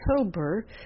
October